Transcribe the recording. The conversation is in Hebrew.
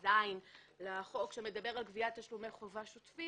330ז שמדבר על גביית תשלומי חובה שוטפים.